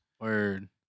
Word